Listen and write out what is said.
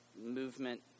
movement